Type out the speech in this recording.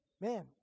man